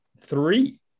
Three